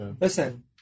Listen